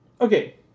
Okay